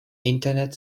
internet